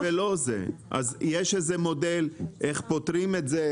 יש איזה מודל איך פותרים את זה?